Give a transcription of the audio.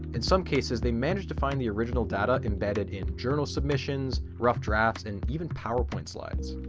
in some cases they managed to find the original data embedded in journal submissions, rough drafts and even powerpoint slides.